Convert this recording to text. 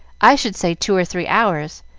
i should say two or three hours.